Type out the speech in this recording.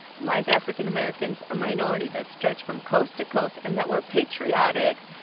like african-americans, a minority that stretched from coast to coast and that were patriotic,